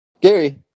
Gary